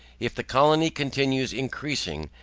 if the colony continues increasing,